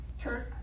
Turn